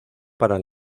para